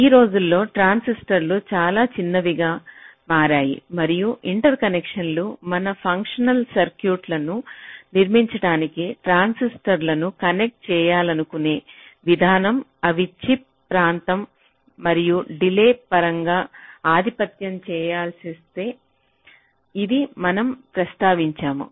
ఈ రోజుల్లో ట్రాన్సిస్టర్లు చాలా చిన్నవిగా మారాయి మరియు ఇంటర్కనెక్షన్లు మన ఫంక్షనల్ సర్క్యూట్లను నిర్మించడానికి ట్రాన్సిస్టర్లను కనెక్ట్ చేయాలనుకునే విధానం అవి చిప్ ప్రాంతం మరియు డిలే పరంగా ఆధిపత్యం చెలాయిస్తాయి ఇది మనం ప్రస్తావించాము